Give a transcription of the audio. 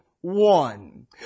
one